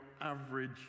average